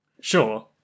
Sure